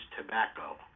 tobacco